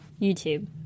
YouTube